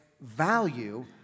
value